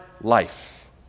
life